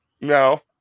No